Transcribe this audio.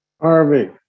Harvey